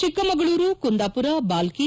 Chikkamagaluru Kundapura Bhalki